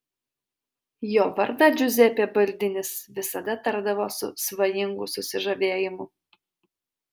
jo vardą džiuzepė baldinis visada tardavo su svajingu susižavėjimu